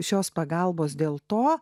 šios pagalbos dėl to